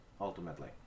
ultimately